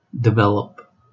develop